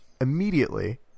immediately